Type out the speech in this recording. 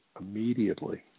immediately